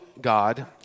God